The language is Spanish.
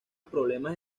problemas